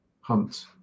hunt